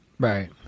Right